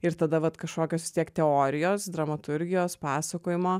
ir tada vat kažkokios vis tiek teorijos dramaturgijos pasakojimo